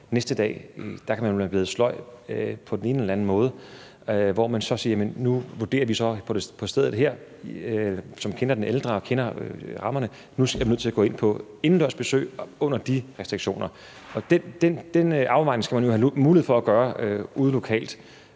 næste dag kan være blevet sløj på den ene eller den anden måde, hvor det så vurderes på stedet, hvor de kender den ældre og kender rammerne: Nu er vi nødt til at overgå til indendørs besøg under de restriktioner, der er. Den afvejning skal man jo have mulighed for at gøre ude lokalt,